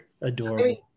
adorable